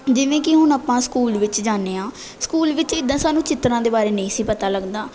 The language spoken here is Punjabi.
ਜਿਵੇਂ ਕਿ ਹੁਣ ਆਪਾਂ ਸਕੂਲ ਵਿੱਚ ਜਾਂਦੇ ਹਾਂ ਸਕੂਲ ਵਿੱਚ ਇੱਦਾਂ ਸਾਨੂੰ ਚਿੱਤਰਾਂ ਦੇ ਬਾਰੇ ਨਹੀਂ ਸੀ ਪਤਾ ਲੱਗਦਾ